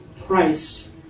Christ